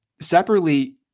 separately